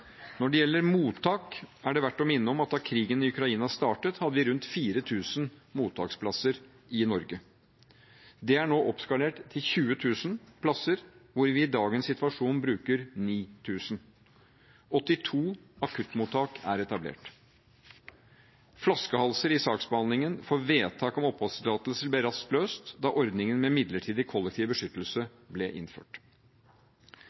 Når det gjelder mottak, er det verdt å minne om at da krigen i Ukraina startet, hadde vi rundt 4 000 mottaksplasser i Norge. Det er nå oppskalert til 20 000 plasser hvor vi i dagens situasjon bruker 9 000. 82 akuttmottak er etablert. Flaskehalser i saksbehandlingen for vedtak om oppholdstillatelse ble raskt løst da ordningen med midlertidig kollektiv